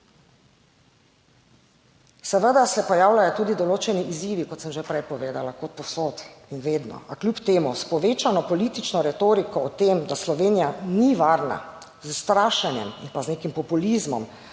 Seveda se pojavljajo tudi določeni izzivi, kot sem že prej povedala, kot povsod in vedno, a kljub temu s povečano politično retoriko o tem, da Slovenija ni varna, s strašenjem in pa z nekim populizmom,